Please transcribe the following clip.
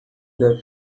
their